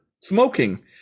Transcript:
smoking